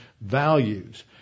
values